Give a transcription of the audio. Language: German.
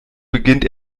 beginnt